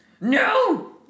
No